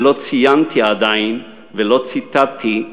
ולא ציינתי עדיין, ולא ציטטתי,